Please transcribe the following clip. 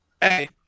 hey